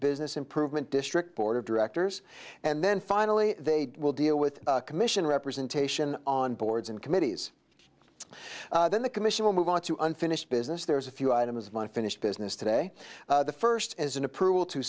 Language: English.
business improvement district board of directors and then finally they will deal with commission representation on boards and committees then the commission will move onto unfinished business there's a few items one finished business today the first is an approval to